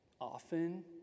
Often